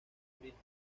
turismo